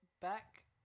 back